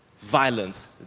violence